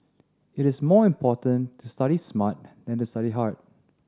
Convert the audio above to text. it is more important to study smart than to study hard